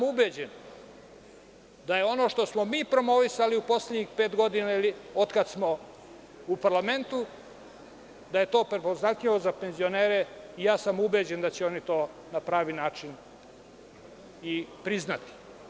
Ubeđen sam da ono što smo mi promovisali u poslednjih pet godina, ili od kada smo u parlamentu, da je to prepoznatljivo za penzionere i ubeđen sam da će oni na pravi način i priznati.